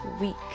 week